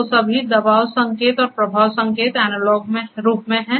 तो सभी दबाव संकेत और प्रवाह संकेत एनालॉग रूप में हैं